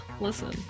Listen